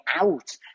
out